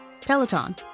Peloton